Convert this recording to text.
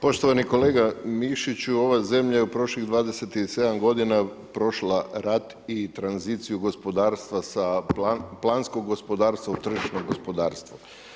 Poštovani kolega Mišiću, ova zemlja je u prošlih 27 g. prošla rat i tranziciju gospodarstva sa planskom gospodarstva u tržišno gospodarstvo.